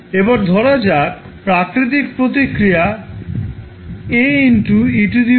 এবার ধরা যাক প্রাকৃতিক প্রতিক্রিয়া হল